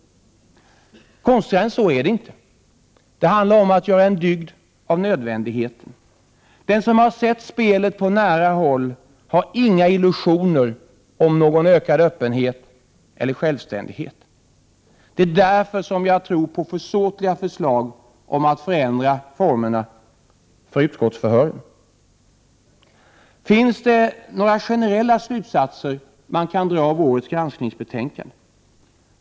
Konstigare än så är det inte. Det handlar om att göra en dygd av nödvändigheten. Den som på nära håll sett spelet har inga illusioner om någon ökad öppenhet eller självständighet. Det är därför som jag inte tror på försåtliga förslag om att förändra formerna för utskottsförhören. Finns det några generella slutsatser som man kan dra av årets granskningsbetänkande?